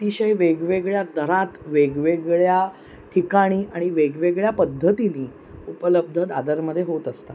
अतिशय वेगवेगळ्या दरात वेगवेगळ्या ठिकाणी आणि वेगवेगळ्या पद्धतीने उपलब्ध दादरमध्ये होत असतात